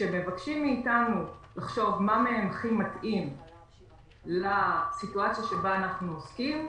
כשמבקשים מאתנו לחשוב מה מהם הכי מתאים לסיטואציה שבה אנחנו עוסקים,